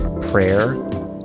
prayer